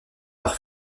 par